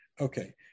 Okay